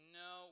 no